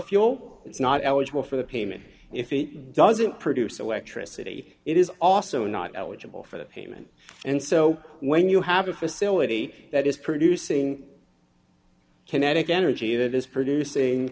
fuel it's not eligible for payment if it doesn't produce electricity it is also not eligible for the payment and so when you have a facility that is producing kinetic energy that is producing